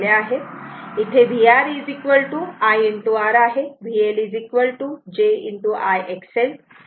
तर इथे vR I R आहे आणि VL j I XL